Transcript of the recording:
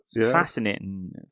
Fascinating